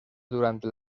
durante